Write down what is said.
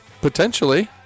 Potentially